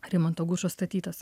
rimanto gučo statytas